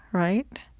right?